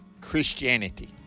Christianity